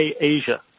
Asia